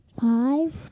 Five